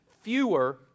fewer